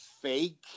fake